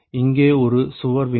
இங்கே ஒரு சுவர் வேண்டும்